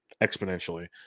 exponentially